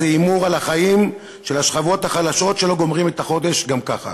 זה הימור על החיים של השכבות החלשות שלא גומרות את החודש גם ככה.